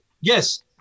Yes